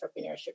entrepreneurship